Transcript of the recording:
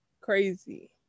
crazy